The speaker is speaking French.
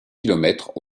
kilomètres